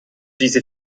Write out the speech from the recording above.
diese